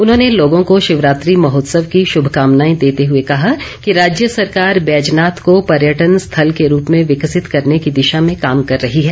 उन्होंने लोगों को शिवरात्रि महोत्सव की शुभकामनाएं देते हुए कहा कि राज्य सरकार बैजनाथ को पर्यटन स्थल के रूप में विकसित करने की दिशा में काम कर रही है